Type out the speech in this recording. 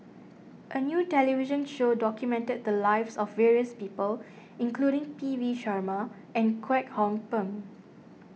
a new television show documented the lives of various people including P V Sharma and Kwek Hong Png